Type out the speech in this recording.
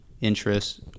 interest